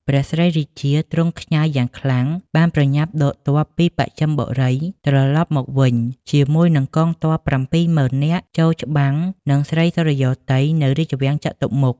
ព្រះស្រីរាជា ទ្រង់ខ្ញាល់យ៉ាងខ្លាំង បានប្រញាប់ដកទ័ពពីបស្ចឹមបុរី ត្រឡប់មកវិញជាមួយនិងកងទ័ព ៧មុឺននាក់ចូលច្បាំងនិង ស្រីសុរិយោទ័យ នៅរាជវាំងចតុមុខ